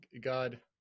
God